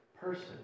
person